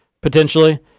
potentially